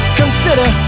consider